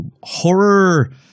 horror